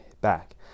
back